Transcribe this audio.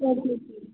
चालेल